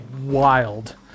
Wild